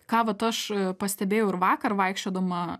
ką vat aš pastebėjau ir vakar vaikščiodama